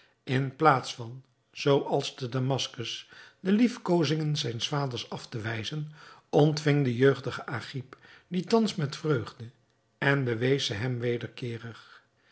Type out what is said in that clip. in plaats van zoo als te damaskus de liefkozingen zijns vaders af te wijzen ontving de jeugdige agib die thans met vreugde en bewees ze hem wederkeerig